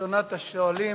ראשונת השואלות,